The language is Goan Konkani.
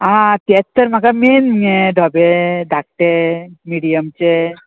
आ तेंत तर म्हाका मेन हें धोबे धाकटे मिडियमचे